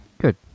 Good